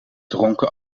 dronken